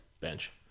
bench